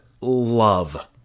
love